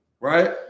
right